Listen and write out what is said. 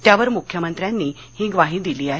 त्यावर मुख्यमंत्र्यांनी हि ग्वाही दिली आहे